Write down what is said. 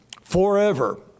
forever